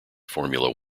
formula